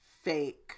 Fake